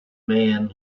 man